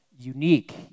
unique